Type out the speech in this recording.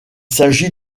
s’agit